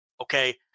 Okay